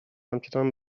همچنان